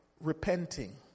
repenting